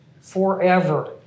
forever